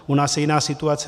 U nás je jiná situace.